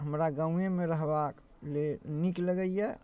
हमरा गामेमे रहबाक जे नीक लगैए